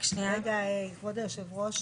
רגע, כבוד יושב הראש.